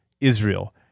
Israel